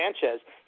Sanchez